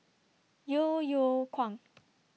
Yeo Yeow Kwang